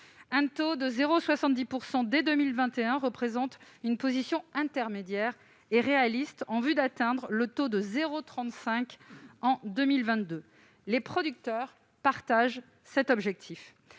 Un taux de 0,70 % dès 2021 représente une position intermédiaire et réaliste en vue d'atteindre le taux de 0,35 % en 2022. Les producteurs partagent ces objectifs.